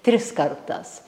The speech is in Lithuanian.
tris kartas